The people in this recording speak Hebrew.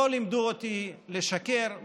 לא לימדו אותי לשקר,